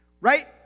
right